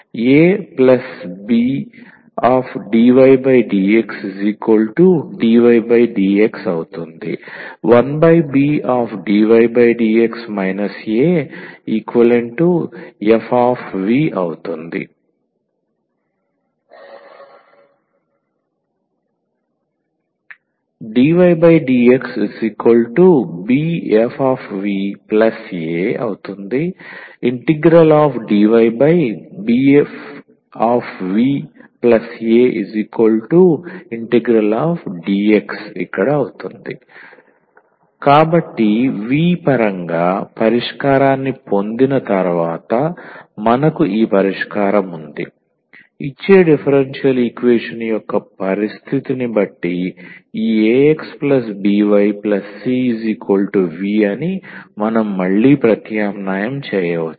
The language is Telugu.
⟹abdydxdvdx 1bdvdx af dvdxbfva dvbfva∫dx కాబట్టి v పరంగా పరిష్కారాన్ని పొందిన తరువాత మనకు ఈ పరిష్కారం ఉంది ఇచ్చే డిఫరెన్షియల్ ఈక్వేషన్ యొక్క పరిస్థితిని బట్టి ఈ 𝑎𝑥 𝑏𝑦 𝑐 𝑣 అని మనం మళ్ళీ ప్రత్యామ్నాయం చేయవచ్చు